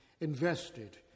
invested